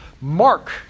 Mark